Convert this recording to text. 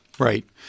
Right